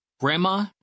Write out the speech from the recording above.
Grandma